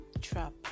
trap